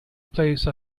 place